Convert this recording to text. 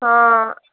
ହଁ